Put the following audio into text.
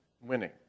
winning